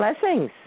Blessings